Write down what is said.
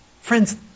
Friends